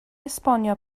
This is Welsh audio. esbonio